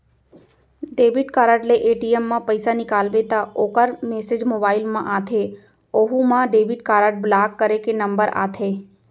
debit card ले ATM म पइसा निकालबे त ओकर मेसेज मोबाइल म आथे ओहू म डेबिट कारड ब्लाक करे के नंबर आथे